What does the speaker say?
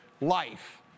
life